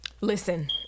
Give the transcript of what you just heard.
Listen